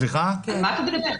מה אתה מדבר?